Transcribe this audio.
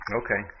okay